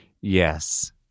Yes